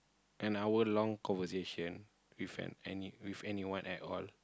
an hour long conversation with an any with anyone at all